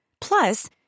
Plus